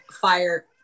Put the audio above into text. fire